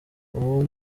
uwo